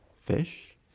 fish